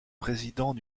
présidents